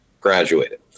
graduated